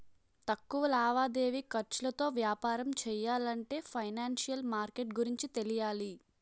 తక్కువ లావాదేవీ ఖర్చులతో వ్యాపారం చెయ్యాలంటే ఫైనాన్సిషియల్ మార్కెట్ గురించి తెలియాలి